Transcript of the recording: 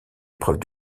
épreuve